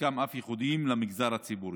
שחלקם אף ייחודיים למגזר הציבורי.